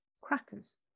crackers